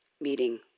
Meeting